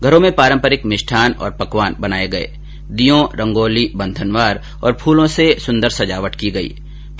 घरों में पारम्परिक मिष्ठान और पकवान बनाए गए है दीयों रंगोली बंधनवार और फूलों से सुन्दर सजावट की गई है